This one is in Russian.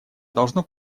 должно